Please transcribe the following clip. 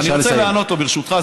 אני רוצה לענות לו, ברשותך.